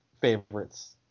favorites